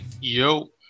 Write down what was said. Yo